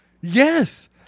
Yes